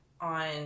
on